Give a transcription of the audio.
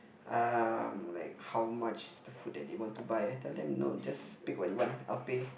uh like how much is the food that they want to buy I tell them no just pick what you want I'll pay